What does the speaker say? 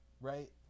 Right